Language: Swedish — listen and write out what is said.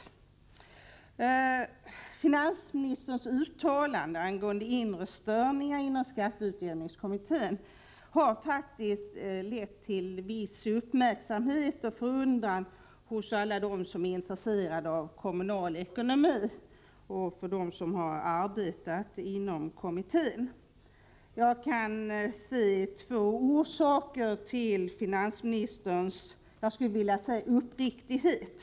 Finansministerns uttalande angående inre störningar inom skatteutjämningskommittén har faktiskt väckt viss uppmärksamhet och förundran hos alla dem som är intresserade av kommunal ekonomi och hos dem som arbetat inom kommittén. Jag kan se två orsaker till finansministerns, skulle jag vilja säga, uppriktighet.